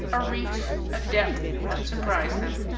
a reach, a depth that surprised them.